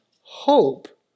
hope